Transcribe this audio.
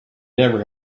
never